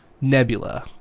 Nebula